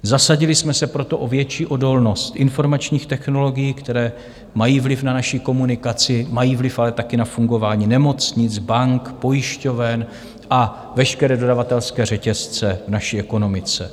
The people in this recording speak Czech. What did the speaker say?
Zasadili jsme se proto o větší odolnost informačních technologií, které mají vliv na naši komunikaci, mají vliv ale také na fungování nemocnic, bank, pojišťoven a veškeré dodavatelské řetězce v naší ekonomice.